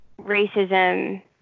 racism